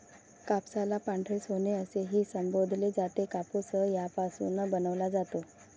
कापसाला पांढरे सोने असेही संबोधले जाते, कापूस यापासून बनवला जातो